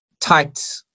tight